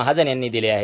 महाजन यांनी दिले आहेत